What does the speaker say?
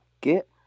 get